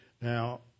Now